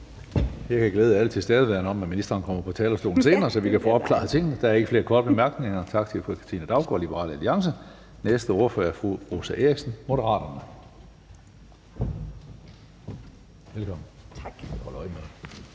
Jeg kan glæde alle tilstedeværende med, at ministeren kommer på talerstolen senere, så vi kan få opklaret tingene. Der er ikke flere korte bemærkninger, så vi siger tak til fru Katrine Daugaard, Liberal Alliance. Næste ordfører er fru Rosa Eriksen, Moderaterne. Velkommen. Kl.